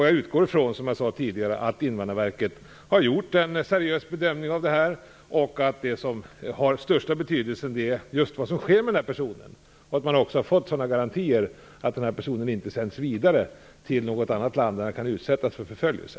Jag utgår från, som jag sade tidigare, att Invandrarverket har gjort en seriös bedömning av detta fall. Det som har största betydelsen är vad som sker med den här personen och att man har fått garantier för att han inte sänds vidare till något annat land där han kan utsättas för förföljelse.